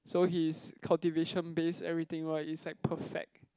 so his cultivation base everything right it's like perfect <s/<